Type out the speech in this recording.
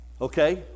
Okay